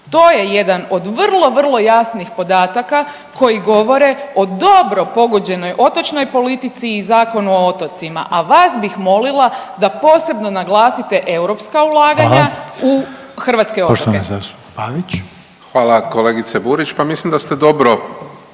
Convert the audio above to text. To je jedan od vrlo, vrlo jasnih podataka koji govore o dobro pogođenoj otočnoj politici i Zakonu o otocima, a vas bih molila da posebno naglasite europska ulaganja … …/Upadica Reiner: Hvala./… … u hrvatske otoke.